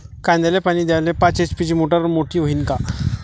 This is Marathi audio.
कांद्याले पानी द्याले पाच एच.पी ची मोटार मोटी व्हईन का?